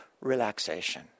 relaxation